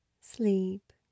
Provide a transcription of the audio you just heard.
Sleep